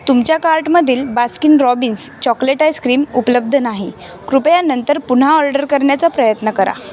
तुमच्या कार्टमधील Baskin Robbins chocolate ice cream उपलब्ध नाही कृपया नंतर पुन्हा ऑर्डर करण्याचा प्रयत्न करा